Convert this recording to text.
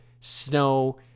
snow